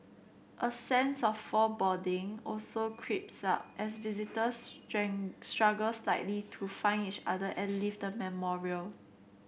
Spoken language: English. a sense of foreboding also creeps up as visitors struggle slightly to find each other and leave the memorial